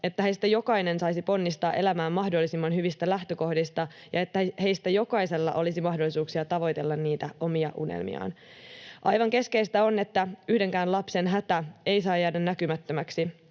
että heistä jokainen saisi ponnistaa elämään mahdollisimman hyvistä lähtökohdista ja että heistä jokaisella olisi mahdollisuuksia tavoitella niitä omia unelmiaan. Aivan keskeistä on, että yhdenkään lapsen hätä ei saa jäädä näkymättömäksi,